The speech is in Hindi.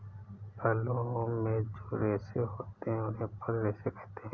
फलों में जो रेशे होते हैं उन्हें फल रेशे कहते है